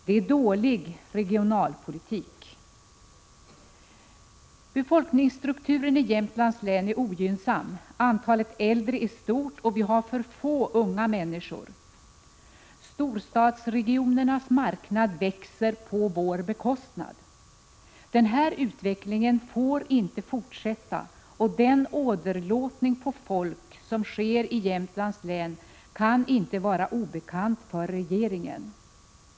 Det är dålig regionalpolitik! Befolkningsstrukturen i Jämtlands län är ogynnsam. Antalet äldre är stort, och vi har för få unga människor. Storstadsregionernas marknad växer på vår bekostnad. Den här utvecklingen får inte fortsätta. Den åderlåtning på folk som sker i Jämtlands län kan inte vara obekant för regeringen.